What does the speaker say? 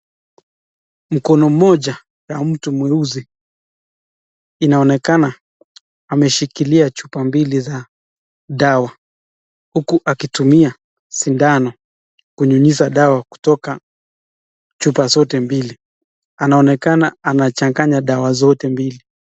Mkono mmoja wa mtu mweusi inaonekana ameshikilia chupa mbili za dawa uku akitumia sindano kunyunyiza dawa kutoka chupa zote mbili, anaonekana anachaganya dawa zote mbili.